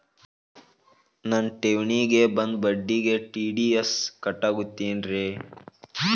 ನನ್ನ ಠೇವಣಿಗೆ ಬಂದ ಬಡ್ಡಿಗೆ ಟಿ.ಡಿ.ಎಸ್ ಕಟ್ಟಾಗುತ್ತೇನ್ರೇ?